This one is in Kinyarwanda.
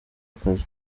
akazi